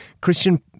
Christian